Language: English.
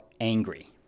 angry